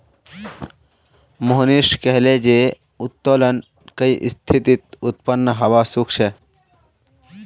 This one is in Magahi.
मोहनीश कहले जे उत्तोलन कई स्थितित उत्पन्न हबा सख छ